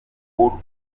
kurt